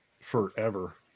forever